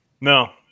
No